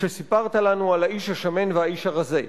כשסיפרת לנו על האיש השמן והאיש הרזה.